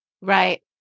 Right